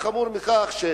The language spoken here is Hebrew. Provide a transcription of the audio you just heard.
מכך,